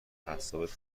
اعصابت